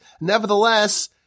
nevertheless